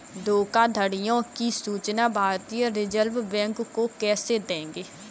धोखाधड़ियों की सूचना भारतीय रिजर्व बैंक को कैसे देंगे?